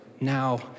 now